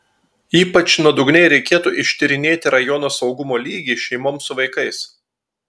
ypač nuodugniai reikėtų ištyrinėti rajono saugumo lygį šeimoms su vaikais